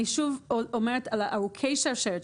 אני שוב אומרת על ארוכי השרשרת,